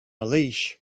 leash